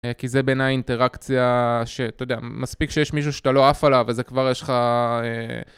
כי זה בין האינטראקציה, שאתה יודע, מספיק שיש מישהו שאתה לא עף עליו, אז זה כבר יש לך...